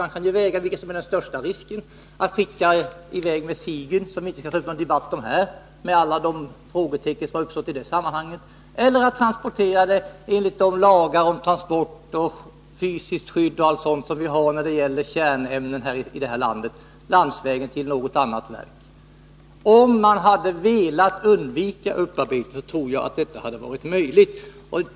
Man kan ju väga vilket som är den största risken, att skicka iväg det med Sigyn — som vi inte skall ta upp någon debatt om här, med alla de frågetecken som har uppstått i det sammanhanget — eller att transportera det landvägen till något annat verk enligt de lagar om transport och fysiskt skydd och allt sådant som vi har när det gäller kärnämnen i det här landet. För den som hade velat undvika upparbetning tror jag att det hade varit en möjlighet.